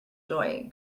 joy